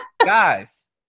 guys